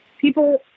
people